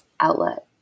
outlet